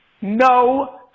No